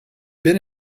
been